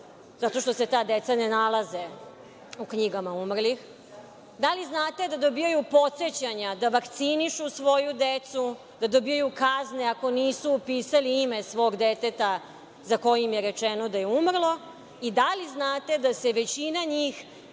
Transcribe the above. zato što se ta deca ne nalaze u knjigama umrlih? Da li znate da dobijaju podsećanja da vakcinišu svoju decu, da dobijaju kazne ako nisu upisali ime svog deteta za koje im je rečeno da je umrlo i da li znate da se većina njih,